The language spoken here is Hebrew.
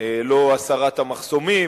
לא הסרת המחסומים,